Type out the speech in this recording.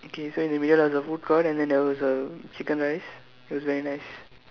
okay so in the middle of the food court and then there was a chicken rice it was very nice